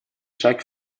шаг